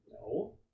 No